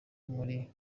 muri